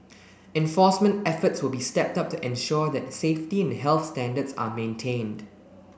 enforcement efforts will be stepped up to ensure that safety and health standards are maintained